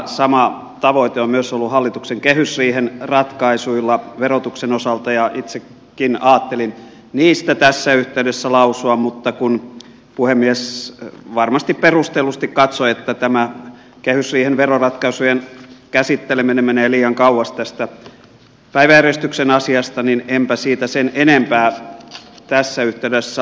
sama tavoite on ollut myös hallituksen kehysriihen ratkaisuilla verotuksen osalta ja itsekin ajattelin niistä tässä yhteydessä lausua mutta kun puhemies varmasti perustellusti katsoi että tämä kehysriihen veroratkaisujen käsitteleminen menee liian kauas tästä päiväjärjestyksen asiasta niin enpä siitä sen enempää tässä yhteydessä lausu